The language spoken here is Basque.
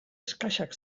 exkaxak